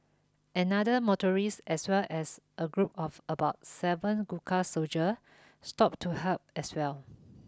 another motorist as well as a group of about seven Gurkha soldier stop to help as well